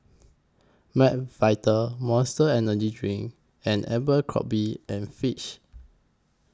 Mcvitie's Monster Energy Drink and Abercrombie and Fitch